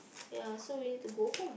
ya so we need to go home